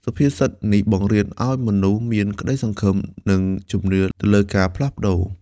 សុភាសិតនេះបង្រៀនឲ្យមនុស្សមាន ក្តីសង្ឃឹម និង ជំនឿ ទៅលើការផ្លាស់ប្តូរ។